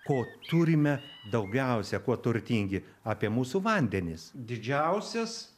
ko turime daugiausia kuo turtingi apie mūsų vandenis didžiausias